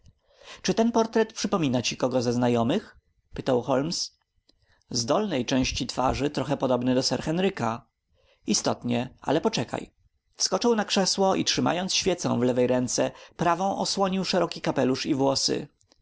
czy ten portret przypomina ci kogo ze znajomych pytał holmes z dolnej części twarzy trochę podobny do sir henryka istotnie ale poczekaj wskoczył na krzesło i trzymając świecę w lewej ręce prawą osłonił szeroki kapelusz i włosy